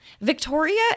Victoria